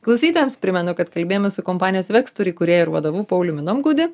klausytojams primenu kad kalbėjomės su kompanijos vekstur įkūrėju ir vadovu pauliumi nomgudi